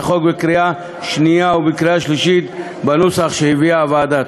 החוק בקריאה שנייה ובקריאה שלישית בנוסח שהביאה הוועדה.